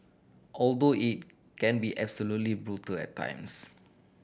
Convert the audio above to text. although it can be absolutely brutal at times